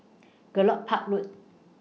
Gallop Park Road